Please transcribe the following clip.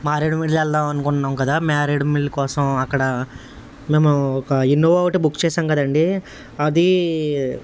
మారేడుమల్లి వెళ్దాం అనుకుంటున్నాం కదా మ్యారేడుమల్లి కోసం అక్కడా మేము ఒక ఇన్నోవా ఒకటి బుక్ చేసాం కదండీ అదీ